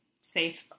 safe